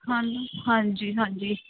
ਹਾਂ ਹਾਂਜੀ ਹਾਂਜੀ